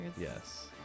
Yes